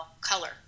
color